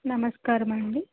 నమస్కారమండి